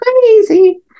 crazy